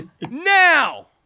now